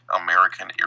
American